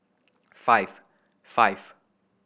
five five